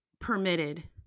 permitted